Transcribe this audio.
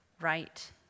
right